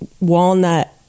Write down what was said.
walnut